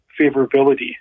favorability